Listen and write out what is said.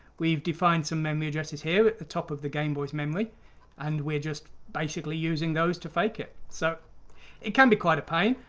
we've defined some memory addresses here at the top of the game boys memory and we're just basically using those to fake it. so it can be quite a pain,